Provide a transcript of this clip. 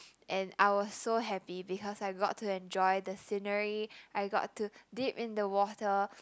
and I was so happy because I got to enjoy the scenery I got to dip in the water